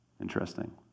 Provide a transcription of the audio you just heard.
Interesting